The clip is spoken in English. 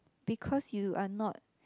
because you are not